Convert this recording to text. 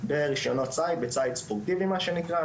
ברישיונות ציד, בציד ספורטיבי מה שנקרא.